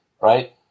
right